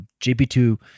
JP2